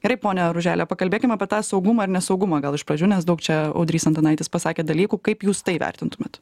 gerai pone ružele pakalbėkim apie tą saugumą ir nesaugumą gal iš pradžių nes daug čia audrys antanaitis pasakė dalykų kaip jūs tai vertintumėt